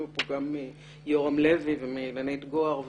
כאן גם את יורם לוי ואת אילנית גוהר.